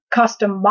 custom